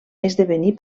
esdevenir